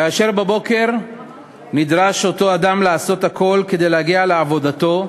כאשר בבוקר נדרש אותו אדם לעשות הכול כדי להגיע לעבודתו,